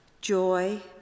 joy